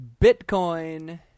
Bitcoin